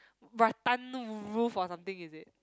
rattan roof or something is it